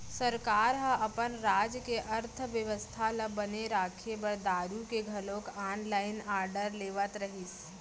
सरकार ह अपन राज के अर्थबेवस्था ल बने राखे बर दारु के घलोक ऑनलाइन आरडर लेवत रहिस